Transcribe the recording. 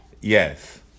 Yes